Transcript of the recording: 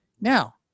now